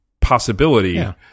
possibility